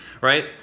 right